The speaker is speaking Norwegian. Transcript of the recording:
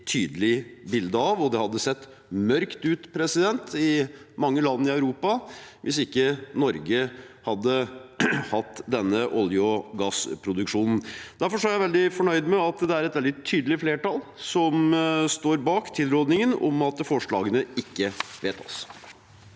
det hadde sett mørkt ut i mange land i Europa hvis ikke Norge hadde hatt denne olje og gassproduksjonen. Derfor er jeg veldig fornøyd med at det er et veldig tydelig flertall som står bak tilrådingen om at forslagene ikke vedtas.